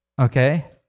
okay